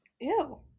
Ew